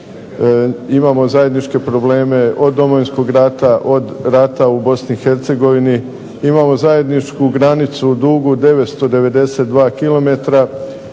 imamo zajedničke probleme od Domovinskog rata od rata u Bosni i Hercegovini, imamo zajedničku granicu dugu 992 km,